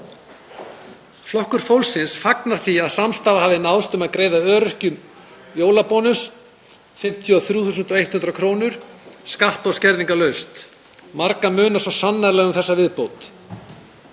Flokkur fólksins fagnar því að samstaða hafi náðst um að greiða öryrkjum jólabónus, 53.100 kr. skatta- og skerðingarlaust. Marga munar svo sannarlega um þá viðbót.